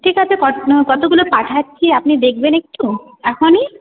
ঠিক আছে কত কতগুলো পাঠাচ্ছি আপনি দেখবেন একটু এখনই